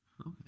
Okay